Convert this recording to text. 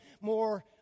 more